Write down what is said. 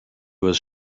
was